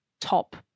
top